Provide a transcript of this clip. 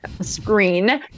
Screen